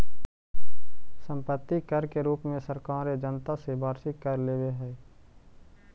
सम्पत्ति कर के रूप में सरकारें जनता से वार्षिक कर लेवेऽ हई